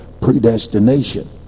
predestination